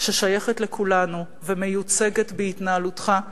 ששייכת לכולנו ומיוצגת בהתנהלותך,